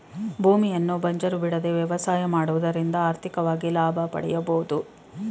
ಭೂಮಿಯನ್ನು ಬಂಜರು ಬಿಡದೆ ವ್ಯವಸಾಯ ಮಾಡುವುದರಿಂದ ಆರ್ಥಿಕವಾಗಿ ಲಾಭ ಪಡೆಯಬೋದು